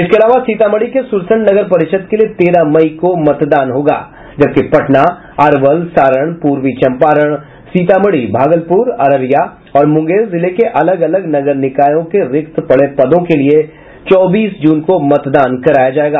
इसके अलावा सीतामढ़ी के सुरसंड नगर परिषद के लिए तेरह मई को मतदान होगा जबकि पटना अरवल सारण पूर्वी चंपारण सीतामढ़ी भागलपुर अररिया और मुंगेर जिले के अलग अलग नगर निकायों के रिक्त पड़े पदों के लिये चौबीस जून को मतदान कराया जायेगा